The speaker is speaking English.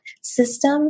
system